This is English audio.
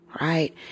right